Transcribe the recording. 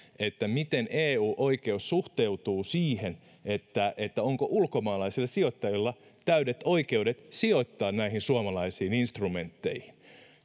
miten eu oikeus suhteutuu siihen onko ulkomaalaisilla sijoittajilla täydet oikeudet sijoittaa näihin suomalaisiin instrumentteihin